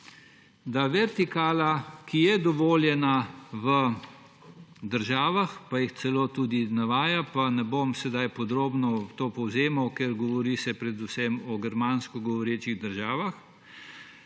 da vertikala, ki je dovoljena v državah, jih celo tudi navaja, pa ne bom sedaj podrobno tega povzemal, ker se govori predvsem o germansko govorečih državah,